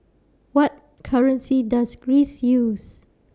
What currency Does Greece use